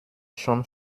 schon